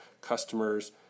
customers –